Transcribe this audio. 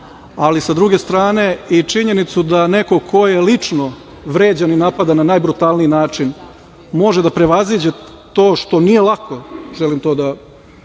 ali sa druge strane i činjenicu da neko ko je lično vređan i napadan na najbrutalniji način može da prevaziđe to što nije lako, želim to da